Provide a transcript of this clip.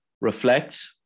reflect